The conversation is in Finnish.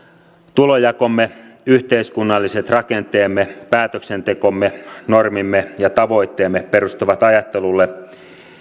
tulonjakomme yhteiskunnalliset rakenteemme päätöksentekomme normimme ja tavoitteemme perustuvat ajattelulle